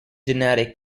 genetic